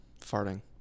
Farting